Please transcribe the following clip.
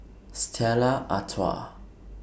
Stella Artois